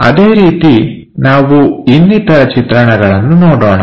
ಅದೇ ರೀತಿ ನಾವು ಇನ್ನಿತರ ಚಿತ್ರಣಗಳನ್ನು ನೋಡೋಣ